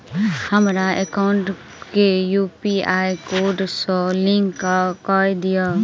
हमरा एकाउंट केँ UPI code सअ लिंक कऽ दिऽ?